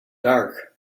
dark